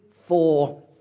four